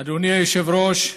אדוני היושב-ראש,